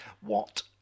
What-